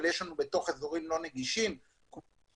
אבל יש בתוך אזורים לא נגישים מבחינת